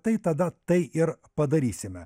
tai tada tai ir padarysime